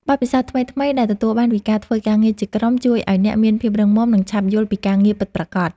បទពិសោធន៍ថ្មីៗដែលទទួលបានពីការធ្វើការងារជាក្រុមជួយឱ្យអ្នកមានភាពរឹងមាំ និង ឆាប់យល់ពីការងារពិតប្រាកដ។